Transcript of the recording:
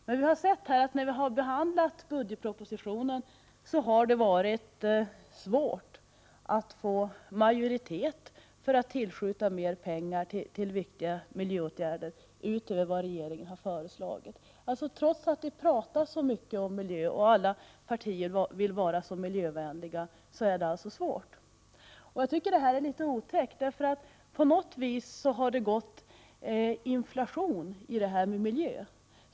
När vi har behandlat budgetpropositionen har vi emellertid kunnat konstatera att det har varit svårt att få majoritet för att tillskjuta mer pengar till viktiga miljöåtgärder, utöver vad regeringen har föreslagit. Trots att vi talar så mycket om miljö och att alla partier vill vara så miljövänliga är det alltså svårt. Jag tycker att det här är litet otäckt. På något sätt har det gått inflation i detta med miljö.